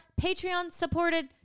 Patreon-supported